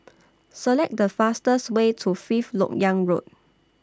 Select The fastest Way to Fifth Lok Yang Road